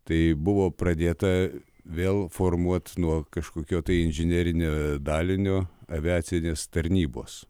tai buvo pradėta vėl formuot nuo kažkokio tai inžinerinio dalinio aviacinės tarnybos